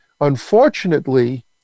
Unfortunately